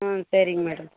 ஆ சரிங்க மேடம்